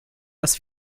das